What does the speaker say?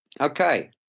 Okay